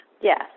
Yes